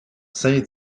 saint